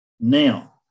Now